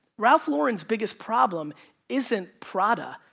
ralph lauren's biggest problem isn't prada,